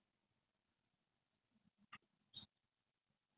!huh! your com you didn't see ah as in like other ah